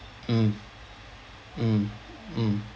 mm mm mm